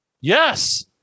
Yes